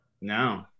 no